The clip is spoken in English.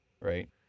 Right